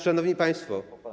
Szanowni Państwo!